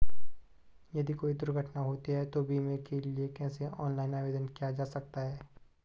यदि कोई दुर्घटना होती है तो बीमे के लिए कैसे ऑनलाइन आवेदन किया जा सकता है?